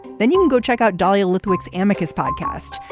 then you can go check out dahlia lithwick amicus podcast,